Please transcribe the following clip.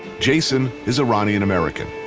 jason is iranian american.